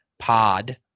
pod